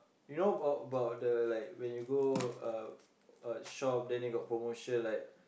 you know bout about the like when you go uh uh shop then they got promotion like